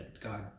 god